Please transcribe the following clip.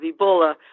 Ebola